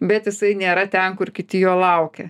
bet jisai nėra ten kur kiti jo laukia